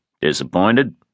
Disappointed